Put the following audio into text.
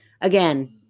again